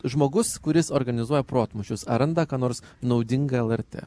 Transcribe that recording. žmogus kuris organizuoja protmūšius ar randa ką nors naudinga lrt